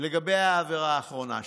לגבי העבירה האחרונה שלו.